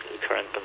current